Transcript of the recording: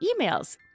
emails